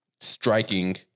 striking